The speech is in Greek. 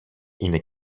είναι